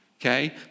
okay